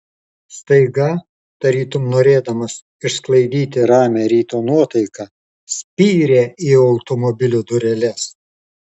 staiga tarytum norėdamas išsklaidyti ramią ryto nuotaiką spyrė į automobilio dureles